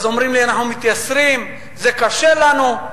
אז אומרים לי: אנחנו מתייסרים, זה קשה לנו.